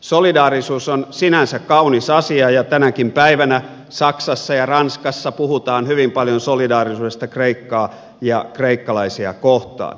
solidaarisuus on sinänsä kaunis asia ja tänäkin päivänä saksassa ja ranskassa puhutaan hyvin paljon solidaarisuudesta kreikkaa ja kreikkalaisia kohtaan